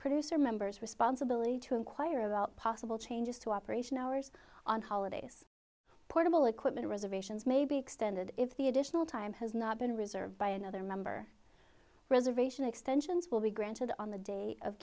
producer member's responsibility to inquire about possible changes to operation hours on holidays portable equipment reservations may be extended if the additional time has not been reserved by another member reservation extensions will be granted on the day of